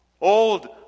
Old